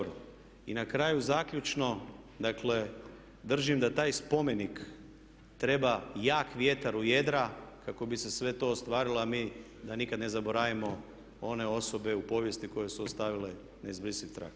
I na kraju zaključno, dakle držim da taj spomenik treba jak vjetar u jedra kako bi se sve to ostvarilo a mi da nikad ne zaboravimo one osobe u povijesti koje su ostavile neizbrisiv trag.